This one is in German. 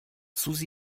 susi